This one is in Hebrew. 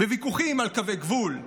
בוויכוחים על קווי גבול,